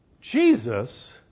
Jesus